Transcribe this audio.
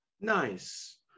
Nice